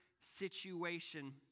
situation